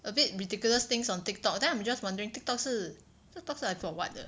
a bit ridiculous things on TikTok then I'm just wondering TikTok 是 TikTok 是来 for what 的